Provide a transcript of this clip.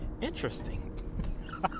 interesting